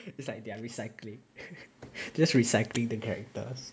it's like they are recycling just recycling the characters